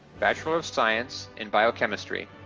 bachelor of science in biochemistry.